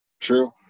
true